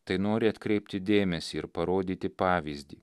tai nori atkreipti dėmesį ir parodyti pavyzdį